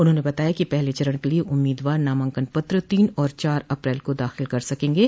उन्होंने बताया कि पहले चरण के लिए उम्मीदवार नामांकन पत्र तीन और चार अप्रैल को दाख़िल कर सकेंगे